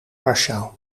warschau